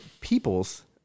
People's